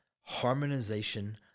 harmonization